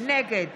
נגד